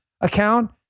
account